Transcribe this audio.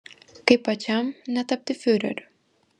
kaip pačiam netapti fiureriu